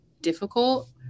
difficult